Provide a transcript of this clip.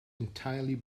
entirely